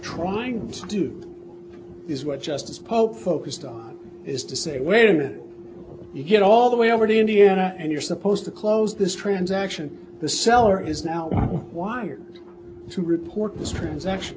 trying to do is what just as pope focused on is to say wait until you get all the way over to indiana and you're supposed to close this transaction the seller is now wired to report this transaction